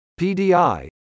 PDI